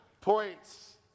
points